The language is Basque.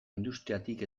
industriatik